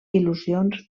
il·lusions